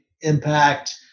impact